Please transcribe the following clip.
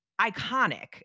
iconic